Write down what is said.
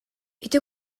ити